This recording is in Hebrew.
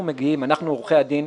אנחנו מגיעים, אנחנו עורכי הדין,